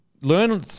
learn